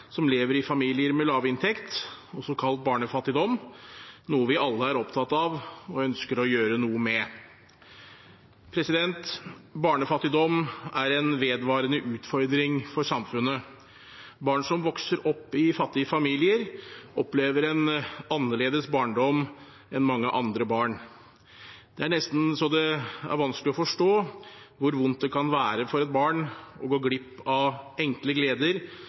som lever i familier med lavinntekt, også kalt barnefattigdom, noe vi alle er opptatt av og ønsker å gjøre noe med. Barnefattigdom er en vedvarende utfordring for samfunnet. Barn som vokser opp i fattige familier, opplever en annerledes barndom enn mange andre barn. Det er nesten så det er vanskelig å forstå hvor vondt det kan være for et barn å gå glipp av enkle gleder